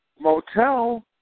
motel